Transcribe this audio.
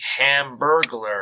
hamburglar